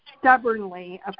stubbornly